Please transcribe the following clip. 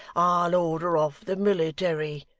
i'll order off the military,